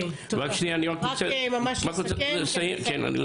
אני רוצה לסיים